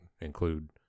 include